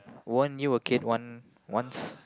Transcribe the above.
won't you a kid one once